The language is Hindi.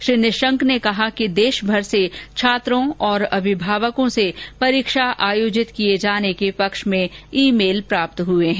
श्री निशंक ने कहा कि देशभर से छात्रों और अभिभावकों से परीक्षा आयोजित किये जाने के पक्ष में ईमेल प्राप्त हुए हैं